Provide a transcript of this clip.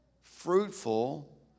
fruitful